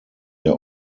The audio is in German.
der